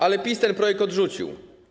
Ale PiS ten projekt odrzucił.